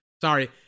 sorry